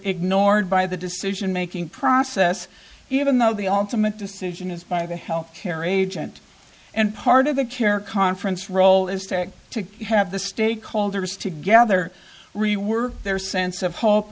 ignored by the decision making process even though the ultimate decision is by the health care agent and part of the care conference role is to act to have the stakeholders together rework their sense of h